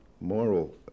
moral